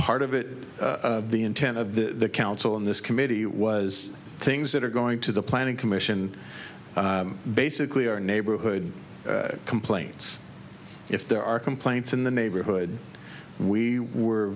part of it the intent of the council in this committee was things that are going to the planning commission basically our neighborhood complaints if there are complaints in the neighborhood we were